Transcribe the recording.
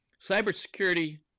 Cybersecurity